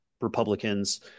Republicans